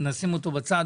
נשים אותו בצד,